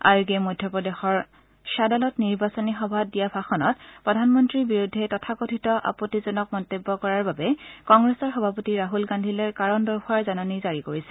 আয়োগে মধ্যপ্ৰদেশৰ শ্বাদলত নিৰ্বাচনী সভাত দিয়া ভাষণত প্ৰধানমন্ত্ৰীৰ বিৰুদ্ধে তথাকথিত আপত্তিজনক মন্তব্য কৰাৰ বাবে কংগ্ৰেছৰ সভাপতি ৰাহুল গান্ধীলৈ কাৰণ দৰ্শোৱাৰ জাননী জাৰি কৰিছে